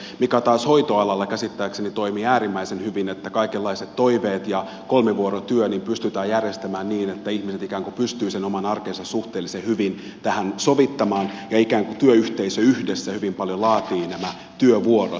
hoitoalalla se taas käsittääkseni toimii äärimmäisen hyvin että kaikenlaiset toiveet ja kolmivuorotyö pystytään järjestämään niin että ihmiset ikään kuin pystyvät sen oman arkensa suhteellisen hyvin tähän sovittamaan ja ikään kuin työyhteisö yhdessä hyvin paljon laatii nämä työvuorot